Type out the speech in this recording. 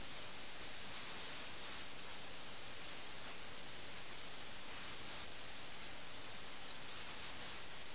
ആയതിനാൽ ഒരു വ്യക്തിയുടെ വ്യക്തിത്വത്തിന്റെ സജീവമായ വശം പുറത്തെടുക്കുന്നത് ബുദ്ധിമുട്ടാണ്